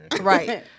right